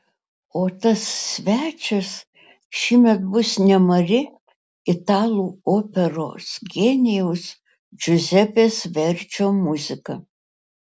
o tas svečias šįmet bus nemari italų operos genijaus džiuzepės verdžio muzika